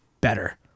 better